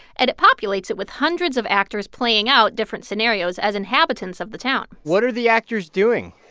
and it populates it with hundreds of actors playing out different scenarios as inhabitants of the town what are the actors doing?